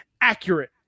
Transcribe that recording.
accurate